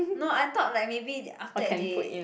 no I thought like maybe after that they